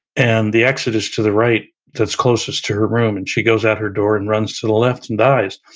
and the exit is to the right that's closest to her room, and she goes out her door, and runs to the left and dies.